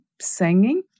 singing